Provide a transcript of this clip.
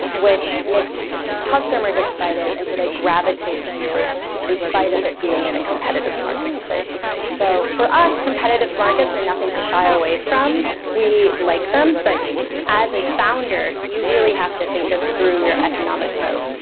which makes customers excited and so they gravitate to you in spite of it being in a competitive marketplace. so for us, competitive markets and nothing to shy away from. we like them, but as a founder, you really have to think ah through your economic moat.